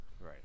Right